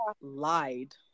lied